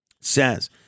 says